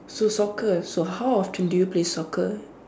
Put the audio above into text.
so soccer so how often do you play soccer